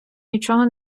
нічого